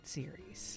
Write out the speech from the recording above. series